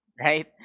right